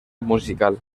musical